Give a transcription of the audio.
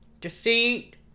Deceit